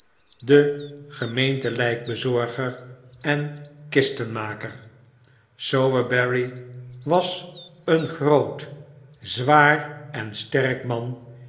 sowerberry den gemeente lijkbezorger en kistenmaker sowerberry was een groot zwaar en sterk man